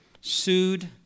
sued